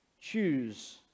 Choose